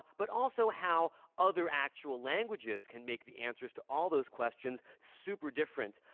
but also how other actual languages can make the answers to all those questions super different.